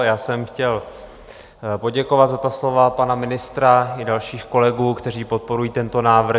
Já jsem chtěl poděkovat za slova pana ministra i dalších kolegů, kteří podporují tento návrh.